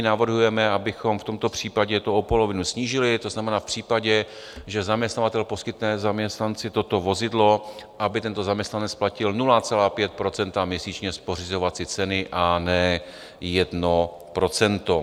Navrhujeme, abychom v tomto případě to o polovinu snížili, to znamená v případě, že zaměstnavatel poskytne zaměstnanci toto vozidlo, aby tento zaměstnanec platil 0,5 % měsíčně z pořizovací ceny, a ne 1 %.